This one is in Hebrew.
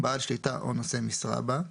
בעל שליטה או נושא משרה בה.